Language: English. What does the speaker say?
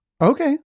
Okay